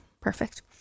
Perfect